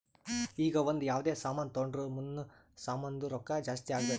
ಈಗ ಒಂದ್ ಯಾವ್ದೇ ಸಾಮಾನ್ ತೊಂಡುರ್ ಮುಂದ್ನು ಸಾಮಾನ್ದು ರೊಕ್ಕಾ ಜಾಸ್ತಿ ಆಗ್ಬೇಕ್